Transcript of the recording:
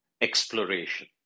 exploration